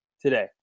today